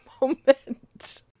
moment